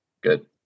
Good